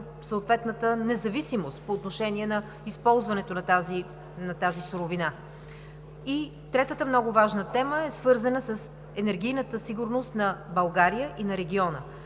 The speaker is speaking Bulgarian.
съответната независимост по отношение на използването на тази суровина. И третата много важна тема е свързана с енергийната сигурност на България и на региона,